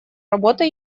работа